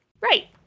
right